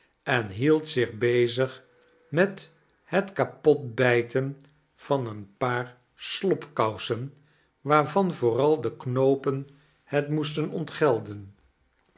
em meld zich bezig met het kapot bijten van een paar slobkousen waarvari vooral d knoopen het moeetedi